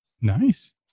Nice